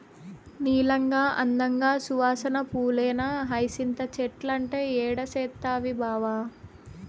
నీలంగా, అందంగా, సువాసన పూలేనా హైసింత చెట్లంటే ఏడ తెస్తవి బావా